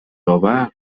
آور